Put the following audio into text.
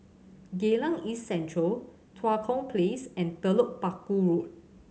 Geylang East Central Tua Kong Place and Telok Paku Road